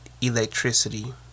electricity